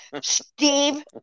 Steve